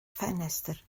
ffenestr